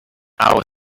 hour